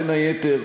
בין היתר,